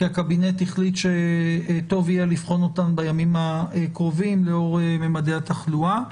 כי הקבינט החליט שטוב יהיה לבחון אותן בימים הקרובים לאור ממדי התחלואה.